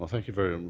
ah thank you very